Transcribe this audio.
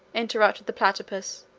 interrupted the platypus,